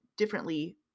differently